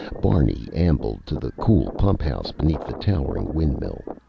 barney ambled to the cool pump house beneath the towering windmill.